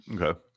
Okay